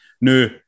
No